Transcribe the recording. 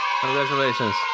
congratulations